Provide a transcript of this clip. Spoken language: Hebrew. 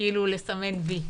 כאילו לסמן V,